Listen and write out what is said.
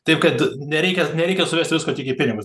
taip kad nereikia nereikia suvest visko tik į pinigus